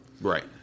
Right